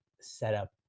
setup